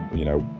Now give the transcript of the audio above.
you know,